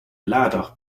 lader